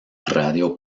radio